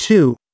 two